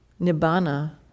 nibbana